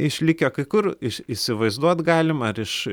išlikę kai kur iš įsivaizduot galima ar iš